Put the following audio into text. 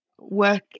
work